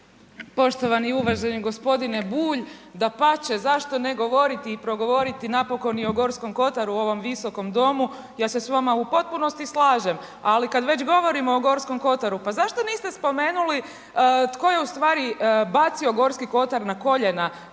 Poštovani i uvaženi gospodine Bulj. Dapače, zašto ne govoriti i progovoriti napokon i o Gorskom Kotaru u ovom Visokom domu. Ja se s vama u potpunosti slažem, ali kad već govorimo o Gorskom Kotaru, pa zašto niste spomenuli tko je ustvari bacio Gorski Kotar na koljena